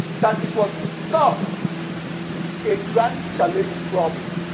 that it was dubbed a grand challenge problem.